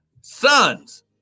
sons